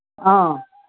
ꯑꯧ